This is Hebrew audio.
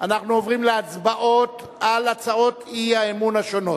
אנחנו עוברים להצבעות על הצעות האי-אמון השונות.